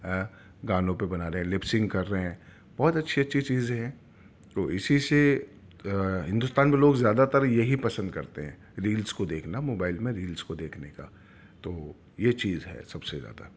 گانوں پر بنا رہے ہیں لپسنگ کر رہے ہیں بہت اچھی اچھی چیزیں ہیں اسی سے ہندوستان میں لوگ زیادہ تر یہی پسند کرتے ہیں ریلس کو دیکھنا موبائل میں ریلس کو دیکھنے کا تو یہ چیز ہے سب سے زیادہ